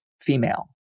female